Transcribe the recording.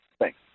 Thanks